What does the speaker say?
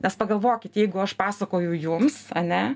nes pagalvokit jeigu aš pasakoju jums ane